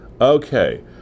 Okay